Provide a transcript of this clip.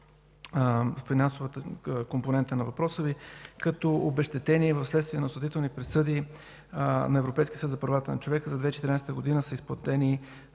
финансовата компонента на въпроса, като обезщетение вследствие на осъдителни присъди на Европейския съд за правата на човека за 2014 г. са изплатени